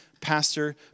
pastor